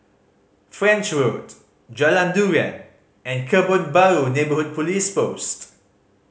French Road Jalan Durian and Kebun Baru Neighbourhood Police Post